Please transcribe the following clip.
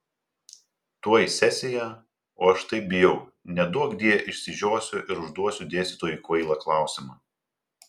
tuoj sesija o aš taip bijau neduokdie išsižiosiu ir užduosiu dėstytojui kvailą klausimą